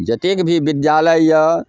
जतेक भी विद्यालय यऽ